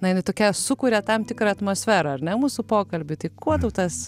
na jinai tokia sukuria tam tikrą atmosferą ar ne mūsų pokalbiui tai kuo tau tas